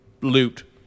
loot